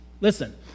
Listen